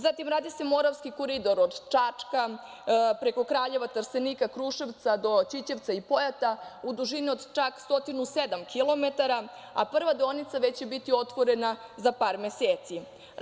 Zatim, radi se Moravski koridor od Čačka, preko Kraljeva, Trstenika, Kruševca, do Ćićevca i Pojata, u dužini od čak 107 kilometara, a prva deonica već će biti otvorena za par meseci.